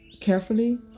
Carefully